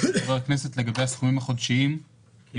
דיון.